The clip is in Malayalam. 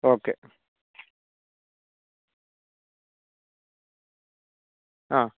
ഓക്കെ ആ